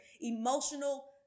emotional